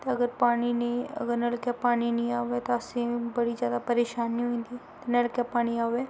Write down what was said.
ते अगर पानी निं अगर नलके दा पानी निं आवै तां असें गी बड़ी जैदा परेशानी होई जंदी ते नलकै पानी आवै